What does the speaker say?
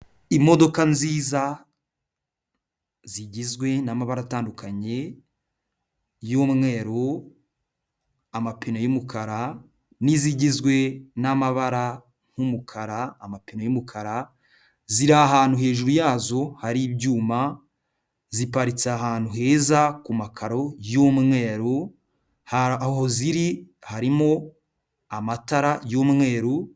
Imodoka nziza, zigizwe n'amabara atandukanye y'umweru, amapine y'umukara, n'izigizwe n'amabara nk'umukara, amapine y'umukara, ziri ahantu hejuru yazo hari ibyuma, ziparitse ahantu heza ku makaro y'umweru, aho ziri harimo amatara y'umweru...